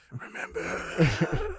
remember